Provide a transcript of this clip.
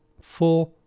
Four